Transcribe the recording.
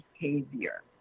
behavior